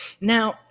Now